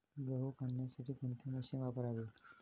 गहू काढण्यासाठी कोणते मशीन वापरावे?